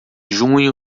junho